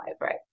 right